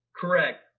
Correct